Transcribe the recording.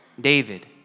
David